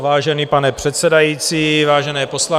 Vážený pane předsedající, vážené poslankyně...